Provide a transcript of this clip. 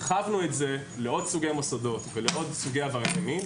הרחבנו את זה לעוד סוגי מוסדות ולעוד סוגי עבריינים.